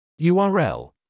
url